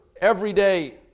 everyday